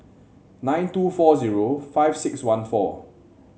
nine two four zero five six one four